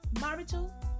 marital